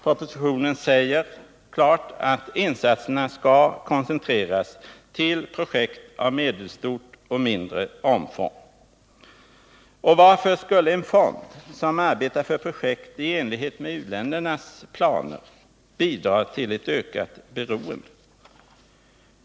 Propositionen säger att insatserna skall koncentreras ”till projekt av medelstort och mindre omfång”. Och varför skulle en fond som arbetar för projekt ”i enlighet med u-ländernas planer” bidra till ett ökat beroende?